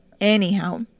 Anyhow